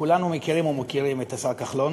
כולנו מכירים ומוקירים את השר כחלון.